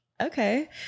Okay